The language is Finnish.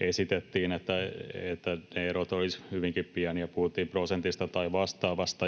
esitettiin, että ne erot olisivat hyvinkin pieniä, ja puhuttiin prosentista tai vastaavasta.